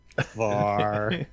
far